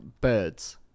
birds